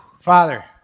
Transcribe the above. Father